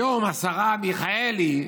היום השרה מיכאלי,